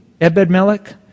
Ebedmelech